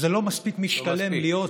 זה לא מספיק משתלם להיות